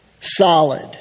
solid